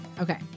Okay